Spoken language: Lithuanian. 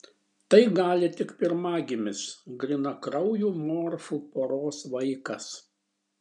tai gali tik pirmagimis grynakraujų morfų poros vaikas